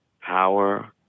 power